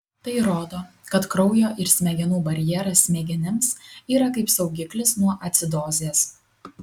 tai rodo kad kraujo ir smegenų barjeras smegenims yra kaip saugiklis nuo acidozės